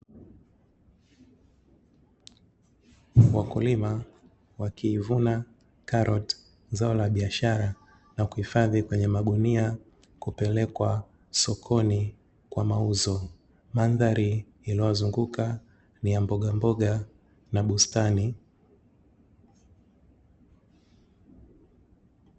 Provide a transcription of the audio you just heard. Wakulima wakivuna caroti zao la biashara na kuhifadhi kwenye magunia kupelekwa sokoni kwa mauzo, madhari inayowazunguka ni ya mbogamboga na bustani.